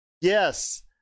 Yes